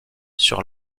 sur